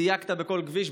דייקת בכל כביש.